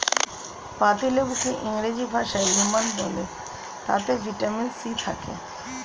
পাতিলেবুকে ইংরেজি ভাষায় লেমন বলে তাতে ভিটামিন সি থাকে